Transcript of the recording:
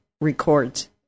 records